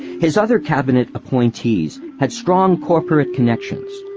his other cabinet appointees had strong corporate connections.